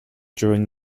during